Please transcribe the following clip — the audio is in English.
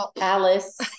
Alice